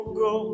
go